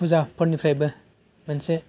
फुजाफोरनिफ्रायबो मोनसे